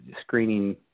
screening